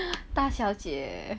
大小姐